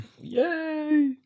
Yay